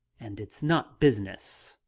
and it's not business.